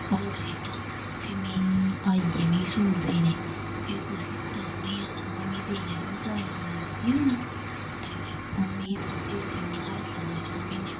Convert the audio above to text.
होर कीता फ्ही में आई गे मिगी सूट सीने फ्ही उसी उ'नेंगी आख उ'नें मी देने ते मी सलाई मारी मारी सी देना ते उ'नें मिगी थोह्ड़े चिर इ'यां गै रक्खेआ दो चार म्हीने